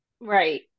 Right